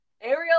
Ariel